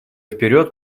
вперед